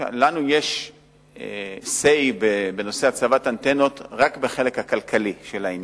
לנו יש say בנושא הצבת אנטנות רק בחלק הכלכלי של העניין,